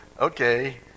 okay